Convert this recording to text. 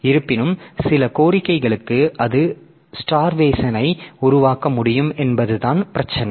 இருப்பினும் சில கோரிக்கைகளுக்கு அது ஸ்டார்வேசன் ஐ உருவாக்க முடியும் என்பதுதான் பிரச்சினை